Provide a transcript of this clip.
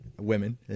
women